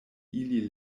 ili